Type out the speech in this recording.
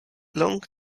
long